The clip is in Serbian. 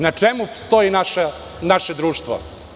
Na čemu stoji naše društvo?